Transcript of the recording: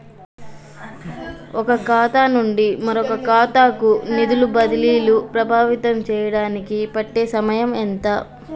ఒక ఖాతా నుండి మరొక ఖాతా కు నిధులు బదిలీలు ప్రభావితం చేయటానికి పట్టే సమయం ఎంత?